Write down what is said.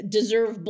Deserve